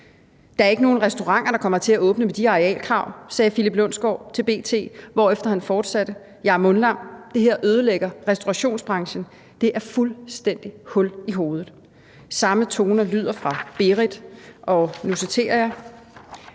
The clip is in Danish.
»Der er ikke nogen restauranter, der kommer til at åbne med de arealkrav ...«, sagde Philip Lundsgaard til B.T., hvorefter han fortsatte: »Jeg er mundlam. Det her ødelægger restaurationsbranchen. Det er fuldstændig hul i hovedet.« Samme toner lyder fra Berit: »Det kan